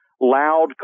loud